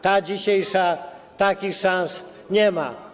Ta dzisiejsza takich szans nie ma.